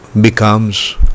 becomes